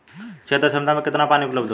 क्षेत्र क्षमता में केतना पानी उपलब्ध होला?